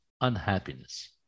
unhappiness